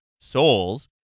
souls